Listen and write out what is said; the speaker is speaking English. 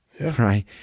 right